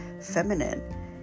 feminine